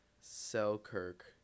Selkirk